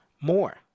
more